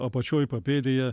apačioj papėdėje